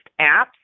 apps